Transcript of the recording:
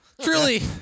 Truly